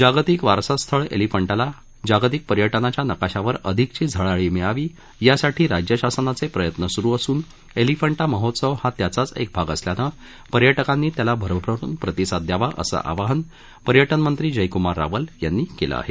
जागतिक वारसा स्थळ एलिफंटाला जागतिक पर्यटनाच्या नकाशावर अधिकची झळाळी मिळावी यासाठी राज्य शासनाचे प्रयत्न सुरू असून एलिफंटा महोत्सव हा त्याचाच एक भाग असल्यानं पर्यटकांनी त्याला अरभरुन प्रतिसाद दयावा असं आवाहन पर्यटन मंत्री जयकूमार रावल यांनी केलं आहे